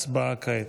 הצבעה כעת.